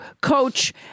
coach